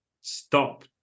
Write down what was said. stop